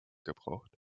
gebraucht